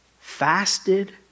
fasted